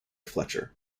fletcher